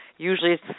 Usually